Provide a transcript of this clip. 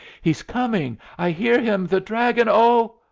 he's coming! i hear him. the dragon! oh!